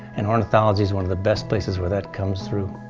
and ornithology is one of the best places where that comes through.